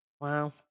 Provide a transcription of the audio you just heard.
Wow